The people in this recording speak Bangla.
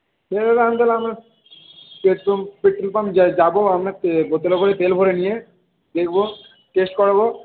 ঠিক আছে দাদা তাহলে আমি আপনার পেট্রোল পেট্রোল পাম্প যাব আপনার বোতলে করে তেল ভরে নিয়ে দেখব টেস্ট করাব